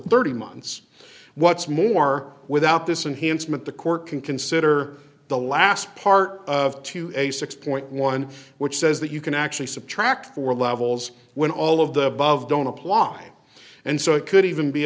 thirty months what's more without this enhanced meant the court can consider the last part of two a six point one which says that you can actually subtract four levels when all of the above don't apply and so it could even be